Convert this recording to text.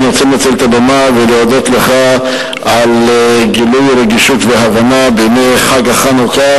אני רוצה לנצל על הבמה ולהודות לך על גילוי רגישות והבנה בימי חג החנוכה